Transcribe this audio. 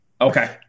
Okay